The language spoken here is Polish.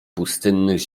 pustynnych